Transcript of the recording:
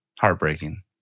heartbreaking